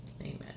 Amen